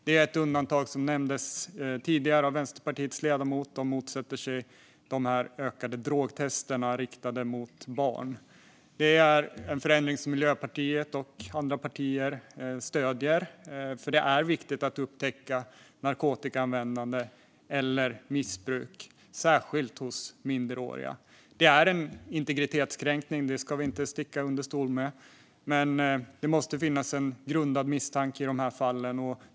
Det finns ett undantag, som nämndes tidigare av Vänsterpartiets ledamot. Vänsterpartiet motsätter sig de ökade drogtesterna riktade mot barn. Det är dock en förändring som Miljöpartiet och andra partier stöder, för det är viktigt att upptäcka narkotikaanvändande och missbruk, särskilt hos minderåriga. Det är en integritetskränkning - det ska vi inte sticka under stol med - men det måste finnas en grundad misstanke i de här fallen.